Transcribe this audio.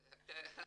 גידול.